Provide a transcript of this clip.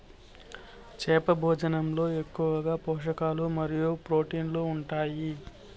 చేప భోజనంలో ఎక్కువగా పోషకాలు మరియు ప్రోటీన్లు ఉంటాయి